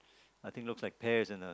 I think looks like pears and a